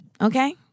Okay